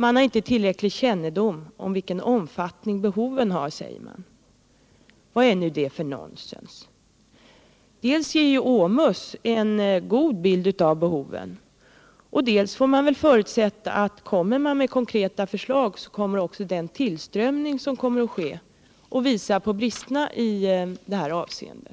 Man har inte tillräcklig kännedom om vilken omfattning behoven har, säger man. Vad är nu det för nonsens? Dels ger OMUS en god bild av behoven, dels får man väl förutsätta att lägger man fram konkreta förslag så kommer också den tillströmning som sker att visa på bristerna i detta avseende.